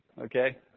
okay